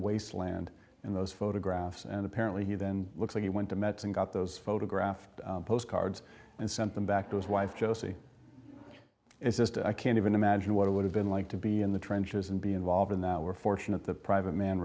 wasteland in those photographs and apparently he then looks like he went to metz and got those photograph postcards and sent them back to his wife josie it's just i can't even imagine what it would have been like to be in the trenches and be involved in that we're fortunate the private man